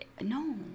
No